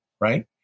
right